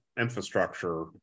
infrastructure